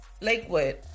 Lakewood